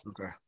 Okay